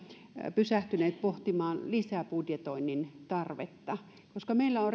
pysähtyneet pohtimaan lisäbudjetoinnin tarvetta koska meillä on